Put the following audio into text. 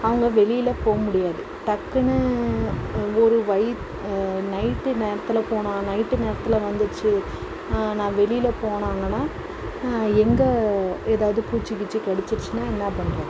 அவங்க வெளியில போகமுடியாது டக்குன்னு ஒரு வயித் நைட்டு நேரத்தில் போனால் நைட்டு நேரத்தில் வந்துச்சு வெளியில போனாங்கன்னா எங்கே எதாவது பூச்சி கீச்சி கடிச்சுருச்சின்னா என்ன பண்ணுறது